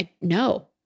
no